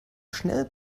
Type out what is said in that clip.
schnell